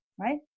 right